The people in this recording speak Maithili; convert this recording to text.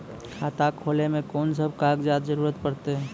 खाता खोलै मे कून सब कागजात जरूरत परतै?